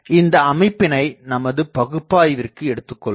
இந்த அமைப்பினை நமது பகுப்பாய்விற்கு எடுத்துக்கொள்வோம்